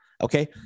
Okay